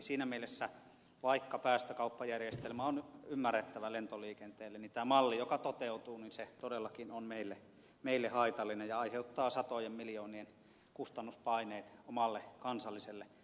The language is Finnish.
siinä mielessä vaikka päästökauppajärjestelmä on ymmärrettävä lentoliikenteelle tämä malli joka toteutuu todellakin on meille haitallinen ja aiheuttaa satojen miljoonien kustannuspaineet omalle kansalliselle lentoyhtiöllemme